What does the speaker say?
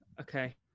okay